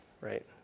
right